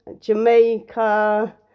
Jamaica